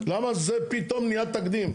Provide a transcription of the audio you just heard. למה זה פתאום נהיה תקדים?